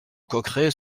coqueret